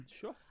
Sure